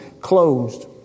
closed